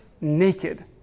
naked